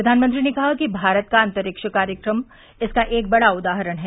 प्रधानमंत्री ने कहा कि भारत का अंतरिक्ष कार्यक्रम इसका एक बड़ा उदाहरण है